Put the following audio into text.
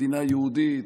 מדינה יהודית,